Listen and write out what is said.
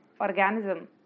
organism